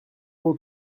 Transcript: mots